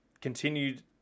continued